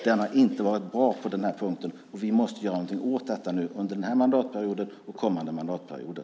Den har inte varit bra på denna punkt, och vi måste göra någonting åt detta under denna och kommande mandatperioder.